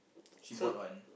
she bought one